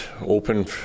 open